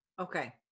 Okay